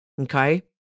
Okay